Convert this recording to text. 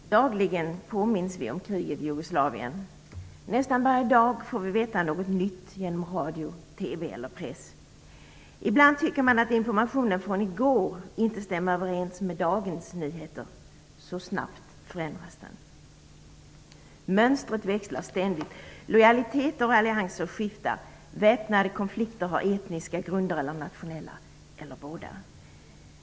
Herr talman! Dagligen påminns vi om kriget i Jugoslavien. Nästan varje dag får vi veta något nytt genom radio, TV eller press. Ibland tycker man att informationen från i går inte stämmer överens med dagens nyheter - så snabbt förändras den. Mönstret växlar ständigt, lojaliteter och allianser skiftar, väpnade konflikter har etniska grunder eller nationella, eller båda.